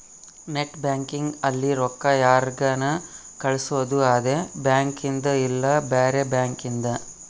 net banking ಅಲ್ಲಿ ರೊಕ್ಕ ಯಾರ್ಗನ ಕಳ್ಸೊದು ಅದೆ ಬ್ಯಾಂಕಿಂದ್ ಇಲ್ಲ ಬ್ಯಾರೆ ಬ್ಯಾಂಕಿಂದ್